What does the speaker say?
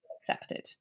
accepted